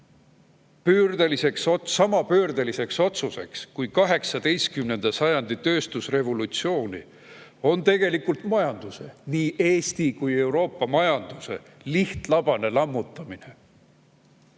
ta nimetab sama pöördeliseks otsuseks kui 18. sajandi tööstusrevolutsioon, on tegelikult majanduse, nii Eesti kui ka Euroopa majanduse lihtlabane lammutamine,